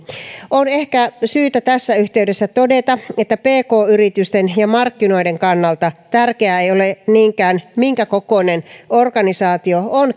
on ehkä syytä tässä yhteydessä todeta että pk yritysten ja markkinoiden kannalta tärkeää ei ole niinkään se minkä kokoinen organisaatio on